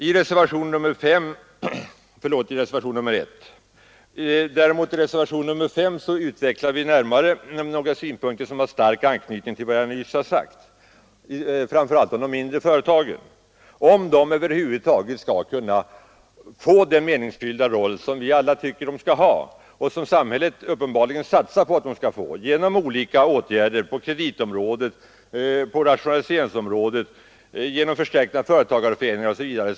I reservationen 5 utvecklar vi närmare några synpunkter som har stark anknytning till vad jag nyss har sagt, framför allt i fråga om de mindre företagen. Vi önskar ju alla att de skall kunna spela en meningsfylld roll, och samhället satsar uppenbarligen också på det genom olika åtgärder på kreditområdet och rationaliseringsområdet, genom förstärkta företagarföreningar osv.